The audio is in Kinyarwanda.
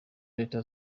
leta